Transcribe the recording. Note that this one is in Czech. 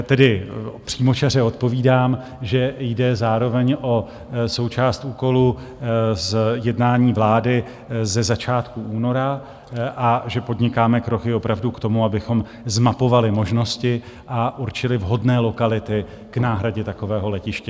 Tedy přímočaře odpovídám, že jde zároveň o součást úkolu z jednání vlády ze začátku února a že podnikáme kroky opravdu k tomu, abychom zmapovali možnosti a určili vhodné lokality k náhradě takového letiště.